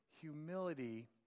Humility